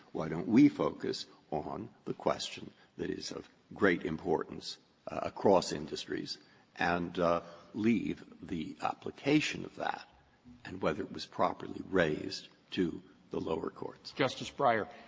why don't we focus on the question that is of great importance across industries and leave the application of that and whether it was properly raised to the lower courts? waxman justice breyer,